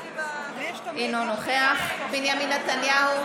אינו נוכח בנימין נתניהו,